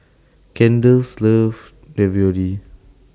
Kendall's loves Ravioli